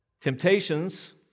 Temptations